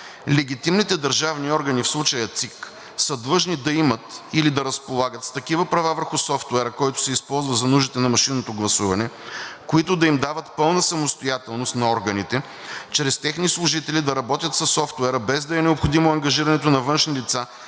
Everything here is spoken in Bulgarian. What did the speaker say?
Легитимните държавни органи, в случая ЦИК, са длъжни да имат или да разполагат с такива права върху софтуера, който се използва за нуждите на машинното гласуване, които да им дават пълна самостоятелност на органите чрез техни служители да работят със софтуера, без да е необходимо ангажирането на външни лица